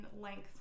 length